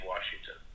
Washington